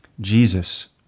Jesus